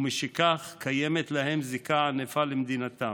ומשכך קיימת להם זיקה ענפה למדינתם.